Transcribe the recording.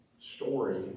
story